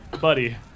buddy